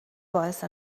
باعث